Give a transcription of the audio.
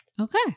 Okay